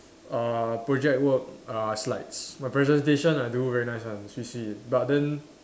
uh project work uh slides my presentation I do very nice one swee swee but then